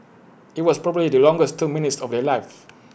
IT was probably the longest two minutes of their lives